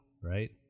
right